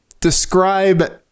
describe